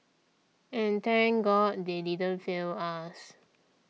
and thank God they didn't fail us